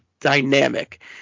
dynamic